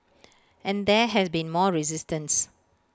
and there has been more resistance